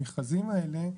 המכרזים האלה,